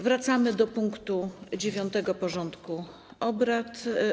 Wracamy do punktu 9. porządku obrad.